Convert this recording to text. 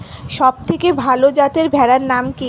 সবথেকে ভালো যাতে ভেড়ার নাম কি?